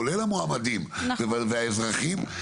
כולל המועמדים והאזרחים,